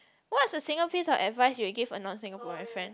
what is a single piece of advice you will give a non Singaporean friend